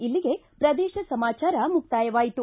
ಇಲ್ಲಿಗೆ ಪ್ರದೇಶ ಸಮಾಚಾರ ಮುಕ್ತಾಯವಾಯಿತು